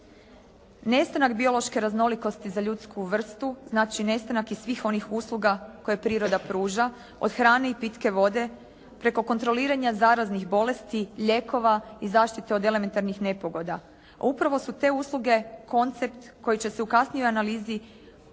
Nestanak biološke raznolikosti za ljudsku vrstu znači nestanak i svih onih usluga koje priroda pruža, od hrane i pitke vode, preko kontroliranja zaraznih bolesti, lijekova i zaštite od elementarnih nepogoda. A upravo su te usluge koncept koji će se u kasnijoj analizi